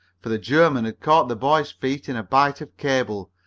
for the german had caught the boy's feet in a bight of cable,